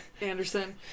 Anderson